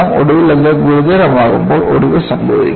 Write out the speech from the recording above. ഒടുവിൽ അത് ഗുരുതരമാകുമ്പോൾ ഒടിവ് സംഭവിക്കും